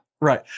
Right